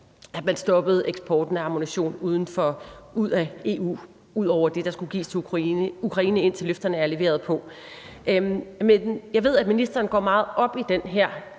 at man stoppede eksporten af ammunition ud af EU ud over det, der skulle gives til Ukraine, indtil der er leveret på løfterne. Jeg ved, at ministeren går meget op i den her